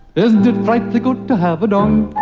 isn't it frightfully good to have a dong?